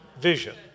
Vision